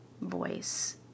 voice